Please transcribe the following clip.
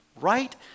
Right